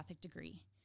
degree